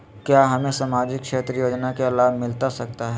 क्या हमें सामाजिक क्षेत्र योजना के लाभ मिलता सकता है?